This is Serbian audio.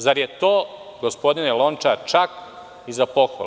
Zar je to gospodine Lončar čak za pohvalu?